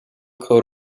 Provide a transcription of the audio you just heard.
coat